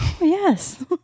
Yes